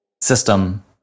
system